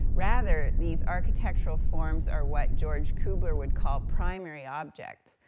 rather, these architectural forms are what george kugler would call primary objects,